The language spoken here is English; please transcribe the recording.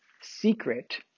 secret